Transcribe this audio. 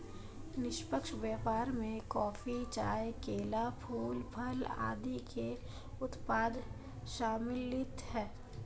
निष्पक्ष व्यापार में कॉफी, चाय, केला, फूल, फल आदि के उत्पाद सम्मिलित हैं